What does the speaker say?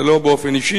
זה לא באופן אישי,